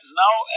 now